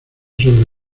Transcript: sobre